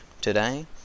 today